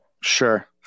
sure